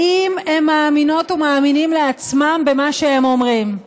האם הם מאמינות ומאמינים לעצמם במה שהם אומרים?